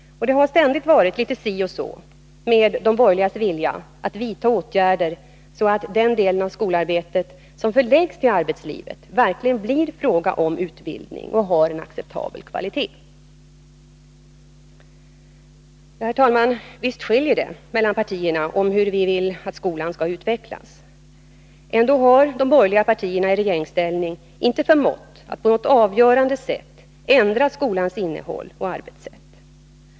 Det har varit litet si och så med de borgerligas vilja att vidta åtgärder så att den del av skolarbetet som förläggs till arbetslivet verkligen är fråga om utbildning och har acceptabel kvalitet. Herr talman! Visst skiljer det mellan partierna hur vi vill att skolan skall utvecklas. Ändå har de borgerliga partierna i regeringsställning inte förmått att på något avgörande sätt ändra skolans innehåll och arbetssätt.